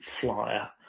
flyer